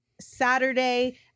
Saturday